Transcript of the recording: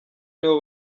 nibo